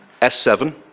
S7